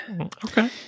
okay